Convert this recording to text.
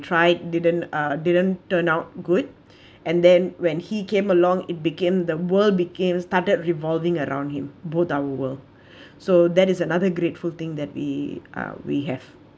tried didn't uh didn't turn out good and then when he came along it became the world became started revolving around him both our world so that is another grateful thing that we uh we have